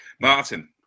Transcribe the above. Martin